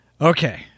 Okay